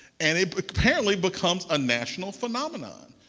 and it apparently becomes a national phenomenon.